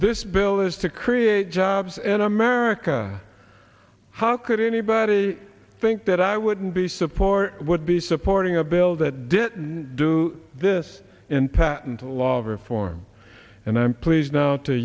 this bill is to create jobs in america how could anybody think that i wouldn't be support would be supporting a bill that didn't do this and patent a lot of reform and i'm pleased now to